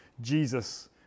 Jesus